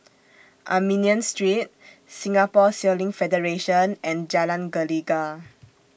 Armenian Street Singapore Sailing Federation and Jalan Gelegar